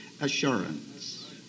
assurance